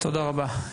תודה רבה.